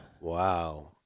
Wow